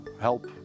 help